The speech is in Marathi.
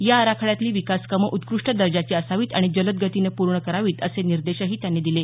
या आराखड्यातील विकासकामे उत्कृष्ट दर्जाची असावीत आणि जलद गतीने पूर्ण करावीत असे निर्देशही त्यांनी दिले